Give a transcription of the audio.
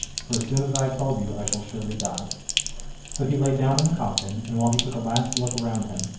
for as soon as i have told you i shall surely die so he lay down in the coffin, and while he took a last look around him,